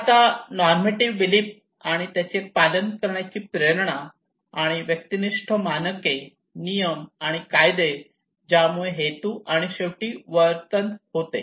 तर आता normative belief आणि त्याचे पालन करण्याची प्रेरणा आणि व्यक्तिनिष्ठ मानके नियम आणि कायदे ज्यामुळे हेतू आणि शेवटी वर्तन होते